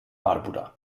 barbuda